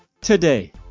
today